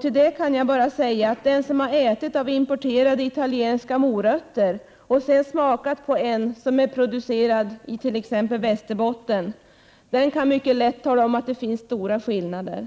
Till detta kan jag bara säga att den som har ätit av importerade italienska morötter och sedan smakat en morot som är producerad i t.ex. Västerbotten kan mycket lätt tala om att det finns stora skillnader.